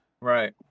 Right